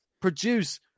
produce